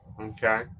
Okay